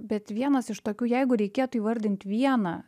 bet vienas iš tokių jeigu reikėtų įvardint vieną